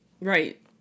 Right